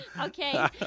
Okay